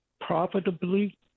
profitably